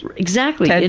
exactly.